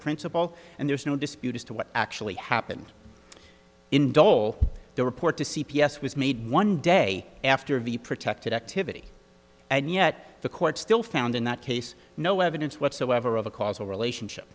principal and there's no dispute as to what actually happened in dole the report to c p s was made one day after the protected activity and yet the court still found in that case no evidence whatsoever of a causal relationship